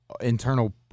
internal